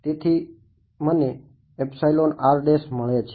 તેથી મને મળે છે